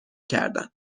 کردن